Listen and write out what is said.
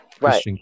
Right